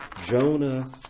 Jonah